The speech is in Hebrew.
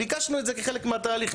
ביקשנו את זה כחלק מהתהליך,